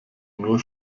nur